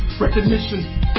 Recognition